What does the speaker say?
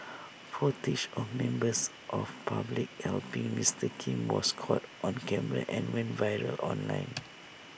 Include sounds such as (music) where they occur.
footage of members of public helping Mister Kim was caught on camera and went viral online (noise)